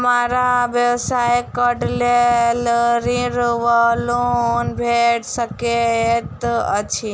हमरा व्यवसाय कऽ लेल ऋण वा लोन भेट सकैत अछि?